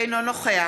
אינו נוכח